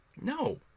No